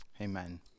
Amen